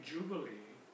Jubilee